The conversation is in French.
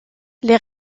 les